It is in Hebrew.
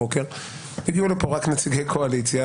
הגיעו לפה רק נציגי קואליציה,